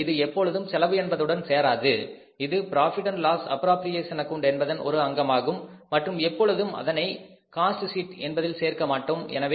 எனவே அது எப்போதும் செலவு என்பதுடன் சேராது அது புரோஃபிட் அண்ட் லாஸ் அப்புரோபிரியேஷன் என்பதன் ஒரு அங்கமாகும் மற்றும் எப்பொழுதும் அதனை காஸ்ட் ஷீட் என்பதில் சேர்க்க மாட்டோம்